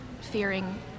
fearing